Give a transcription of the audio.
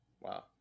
Wow